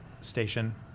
station